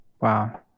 Wow